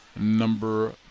number